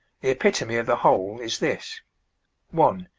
epitome of the whole is this one.